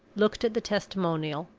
looked at the testimonial,